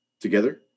together